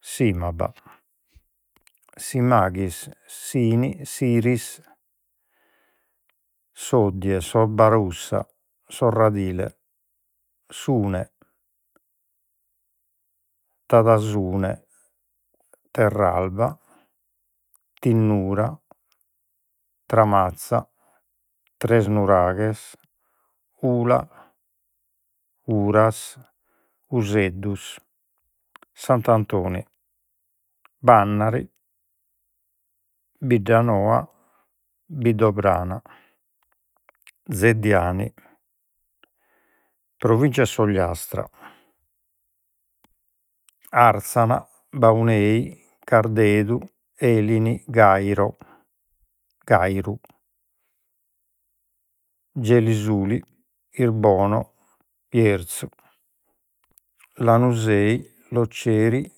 Simaba Simaghis Sini Siris Soddie Sabarussa Sorradile Sune Tadasune Terraba Tinnura Tramatza Tresnuraghes Ula Uras Useddus Sant'Antoni Bannari Biddanoa Biddobrana Zeddiani Provinzia de s'Ogiastra Àrzana Baunei Cardedu Elini Gàiru Gelisuli Irbono Jersu Lanusei Loceri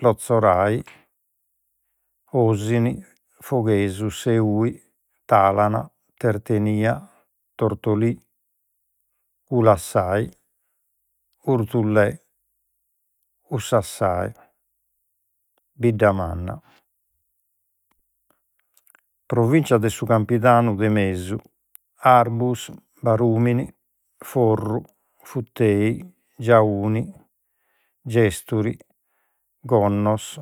Lotzorai Osini Foghesu Seui Talana Tertenia Tortolì Ulassai Orthullè Ussassai Biddamanna Provìncia de su Campidanu de Mesu Arbus Barumini Forru Futei Giauni Gesturi Gonnos